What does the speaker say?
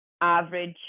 average